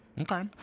Okay